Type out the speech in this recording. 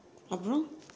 அப்புறம்:appuram